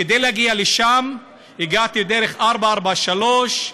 כדי להגיע לשם נסעתי דרך 443,